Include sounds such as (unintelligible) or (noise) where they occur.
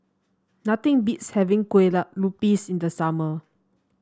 nothing beats having Kue (unintelligible) Lupis in the summer